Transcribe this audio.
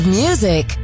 music